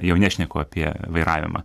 jau nešneku apie vairavimą